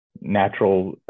Natural